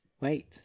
Wait